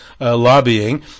lobbying